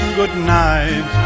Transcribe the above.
goodnight